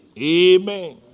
Amen